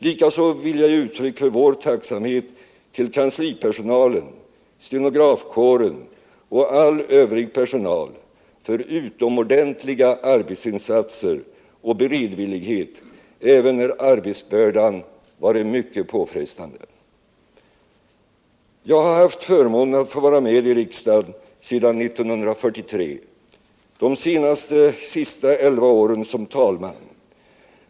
Likaså vill jag ge uttryck för vår tacksamhet till kanslipersonalen, stenografkåren och all övrig personal för utomordentliga arbetsinsatser och beredvillighet även när arbetsbördan varit mycket påfrestande. Jag har haft förmånen att få vara med i riksdagen sedan 1943, de sista elva åren som talman.